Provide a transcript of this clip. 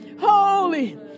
Holy